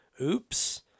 oops